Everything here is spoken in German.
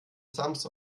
sams